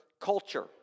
culture